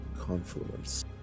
confluence